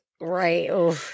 Right